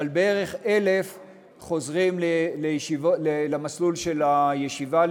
אבל בערך 1,000 חוזרים למסלול של הישיבה,